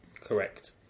Correct